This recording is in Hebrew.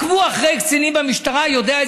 השיטה היא לא לתת לנו לדבר.